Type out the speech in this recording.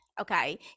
okay